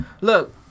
Look